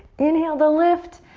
inhale to lift.